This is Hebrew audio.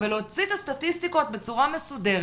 ולהוציא את הסטטיסטיקות בצורה מסודרת,